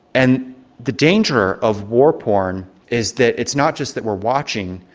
and the danger of war porn is that, it's not just that we're watching,